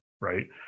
right